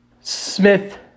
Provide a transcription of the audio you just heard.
Smith-